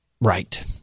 Right